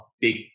big